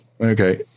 Okay